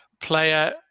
player